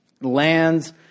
Lands